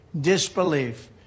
disbelief